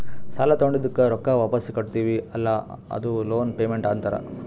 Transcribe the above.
ಸಾಲಾ ತೊಂಡಿದ್ದುಕ್ ರೊಕ್ಕಾ ವಾಪಿಸ್ ಕಟ್ಟತಿವಿ ಅಲ್ಲಾ ಅದೂ ಲೋನ್ ಪೇಮೆಂಟ್ ಅಂತಾರ್